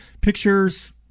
pictures